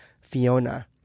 Fiona